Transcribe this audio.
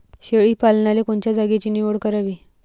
शेळी पालनाले कोनच्या जागेची निवड करावी?